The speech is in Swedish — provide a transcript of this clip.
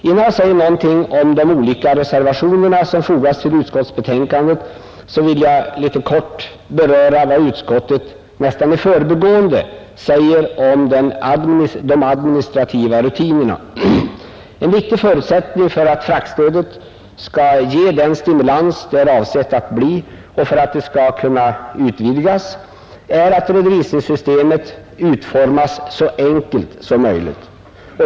Innan jag säger någonting om de olika reservationer som fogats till utskottsbetänkandet vill jag helt kort beröra vad utskottet nästan i förbigående säger om de administrativa rutinerna. En viktig förutsättning för att fraktstödet skall ge den stimulans det är avsett att bli och för att det skall kunna utvidgas är att redovisningssystemet utformas så enkelt som möjligt.